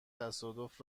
تصادف